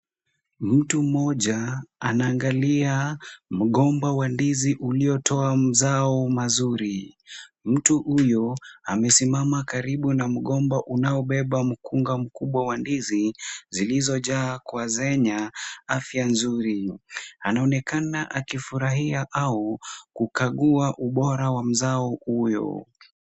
Mtu mmoja anaangalia mgomba wa ndizi uliotoa mazao mazuri. Mtu huyo amesimama karibu na mgomba, unaobeba mkungu mkubwa wa ndizi zilizojaa kwa zenye afya nzuri. Anaonekana akifurahia au kukagua ubora wa mazao huyo.